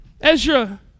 Ezra